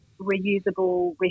reusable